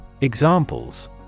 Examples